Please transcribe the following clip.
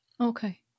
Okay